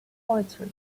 poetry